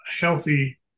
healthy